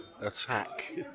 attack